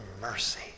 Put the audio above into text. mercy